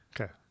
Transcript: Okay